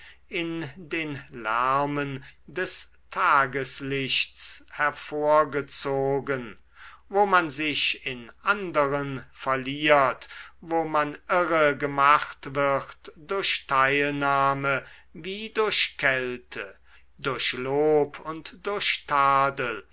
in den lärmen des tageslichts hervorgezogen wo man sich in anderen verliert wo man irre gemacht wird durch teilnahme wie durch kälte durch lob und durch tadel